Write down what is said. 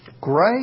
Great